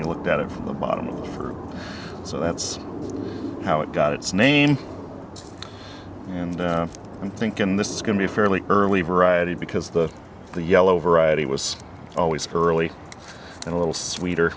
you looked at it from the bottom of the for so that's how it got its name and i'm thinking this is going to be fairly early variety because the the yellow variety was always curly and a little sweeter